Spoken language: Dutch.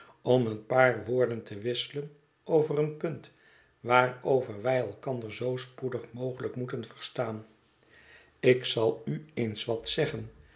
om een paar woorden te wisselen over een punt waarover wij elkander zoo spoedig mogelijk moeten verstaan ik zal u eens wat zeggen